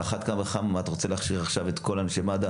על אחת כמה וכמה אם אתה רוצה להכשיר עכשיו את כל אנשי מד"א